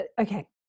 okay